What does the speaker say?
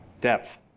depth